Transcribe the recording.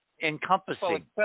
encompassing